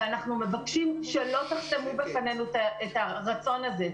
ואנחנו מבקשים שלא תחסמו בפנינו את הרצון הזה.